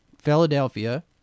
Philadelphia